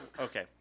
Okay